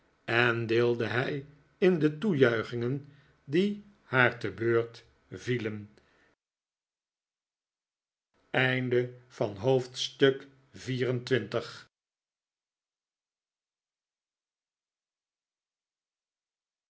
en deelde hij in de toejuichingen die haar te beurt vielen